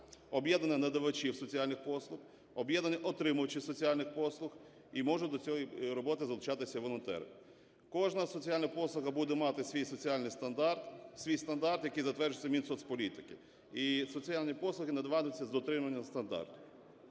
об'єднання надавачів соціальних послуг, об'єднання отримувачів соціальних послуг. І можуть до цієї роботи залучатися волонтери. Кожна соціальна послуга буде мати свій соціальний стандарт, свій стандарт, який затверджується Мінсоцполітики. І соціальні послуги надаватимуться з дотриманням стандарту.